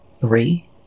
Three